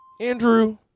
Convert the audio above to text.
Andrew